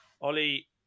ollie